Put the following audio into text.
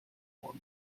format